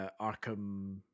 arkham